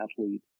athlete